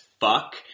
fuck